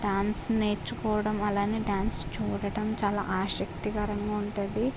dance నేర్చుకోవడం అలాగే dance చూడటం చాలా ఆసక్తికరంగా ఉంటుంది